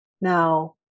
Now